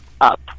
up